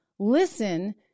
Listen